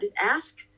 ask